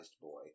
boy